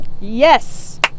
yes